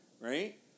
right